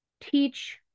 teach